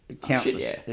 countless